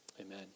amen